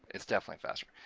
it's definitely faster!